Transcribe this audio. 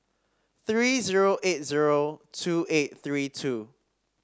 three zero eight zero two eight three two